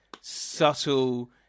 subtle